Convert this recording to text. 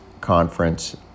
Conference